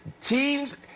teams